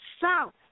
south